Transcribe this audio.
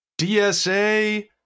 DSA